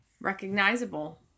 Recognizable